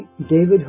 David